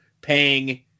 paying